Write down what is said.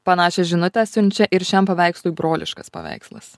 panašią žinutę siunčia ir šiam paveikslui broliškas paveikslas